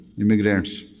immigrants